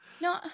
No